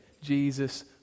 Jesus